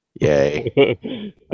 Yay